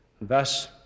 Thus